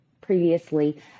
previously